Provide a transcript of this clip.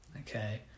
okay